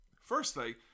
Firstly